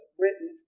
written